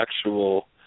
actual